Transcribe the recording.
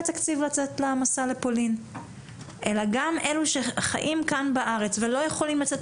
תקציב לצאת למסע לפולין אלא גם אלו שחיים כאן בארץ ולא יכולים לצאת